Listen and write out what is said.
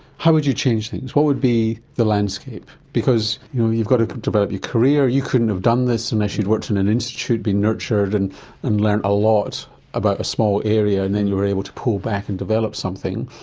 how would you change things? what would be the landscape? because you've got to develop your career, you couldn't have done this unless you'd worked in an institute, been nurtured and and learned a lot about a small area and then you were able to pull back and develop something,